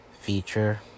feature